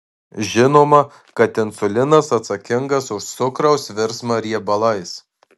žinoma kad insulinas atsakingas už cukraus virsmą riebalais